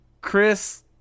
Chris